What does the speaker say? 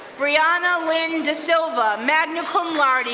brianna lynn de silva, magna cum laude,